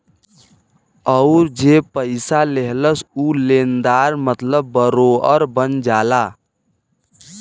अउर जे पइसा लेहलस ऊ लेनदार मतलब बोरोअर बन जाला